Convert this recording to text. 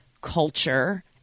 culture